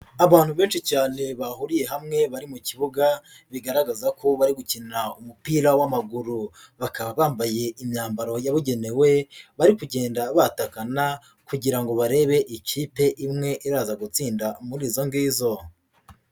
Abantu benshi cyane bahuriye hamwe bari mu kibuga bigaragaza ko bari gukina umupira w'amaguru. Bakaba bambaye imyambaro yabugenewe bari kugenda batakana kugira ngo barebe ikipe imwe iraza gutsinda muri izo ngizo.